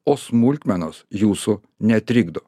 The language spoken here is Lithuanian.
o smulkmenos jūsų netrikdo